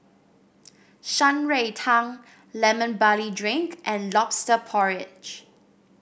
Shan Rui Tang Lemon Barley Drink and lobster porridge